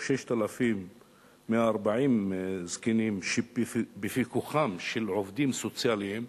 מתוך 6,140 זקנים שבפיקוחם של עובדים סוציאליים,